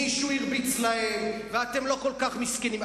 מישהו הרביץ להם, ואתם לא כל כך מסכנים.